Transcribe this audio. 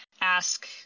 ask